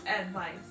advice